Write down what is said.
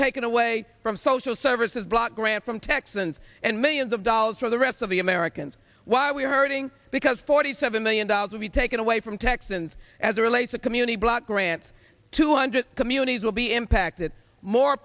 taken away from social services block grant from texans and millions of dollars for the rest of the americans while we're hurting because forty seven million dollars will be taken away from texans as relates to community block grants two hundred communities will be impacted more